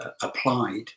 applied